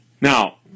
Now